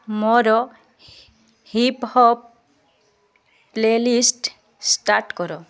ମୋର hip hop playlist start କର